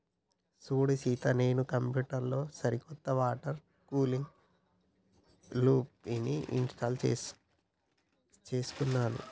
సూడు సీత నాను నా కంప్యూటర్ లో సరికొత్త వాటర్ కూలింగ్ లూప్ని ఇంస్టాల్ చేసుకున్నాను